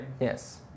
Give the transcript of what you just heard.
Yes